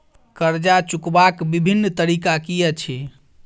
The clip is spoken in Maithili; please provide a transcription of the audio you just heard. कर्जा चुकबाक बिभिन्न तरीका की अछि?